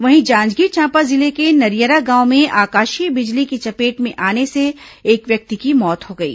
वहीं जांजगीर चांपा जिले के नरियरा गांव में आकाशीय बिजली की चपेट में आने से एक व्यक्ति की मौत हो गई